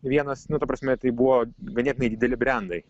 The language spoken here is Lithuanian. vienas nu ta prasme tai buvo ganėtinai dideli brendai